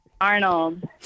Arnold